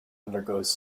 undergoes